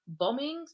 bombings